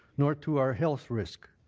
nor to our health risk.